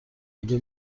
اگه